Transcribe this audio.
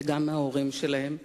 וגם מההורים שלהם.